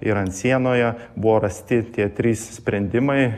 ir ant sienoje buvo rasti tie trys sprendimai